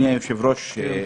אדוני היושב-ראש,